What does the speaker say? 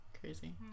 Crazy